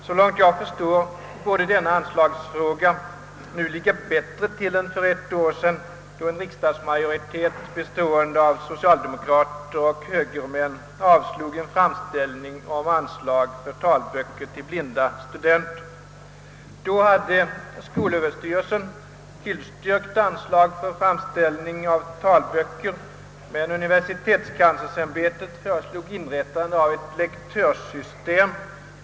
Såvitt jag förstår borde denna anslagsfråga ligga bättre till nu än för ett år sedan, då en riksdagsmajoritet bestående av socialdemokrater och högermän avslog en framställning om anslag för talböcker till blinda studenter. Då hade skolöverstyrelsen fillstyrkt anslag för framställning av talböcker, men universitetskanslersämbetet föreslog i stället inrättande av ett lektörssystem.